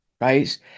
right